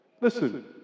Listen